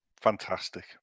fantastic